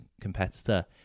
competitor